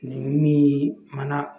ꯃꯤ ꯃꯅꯥꯛ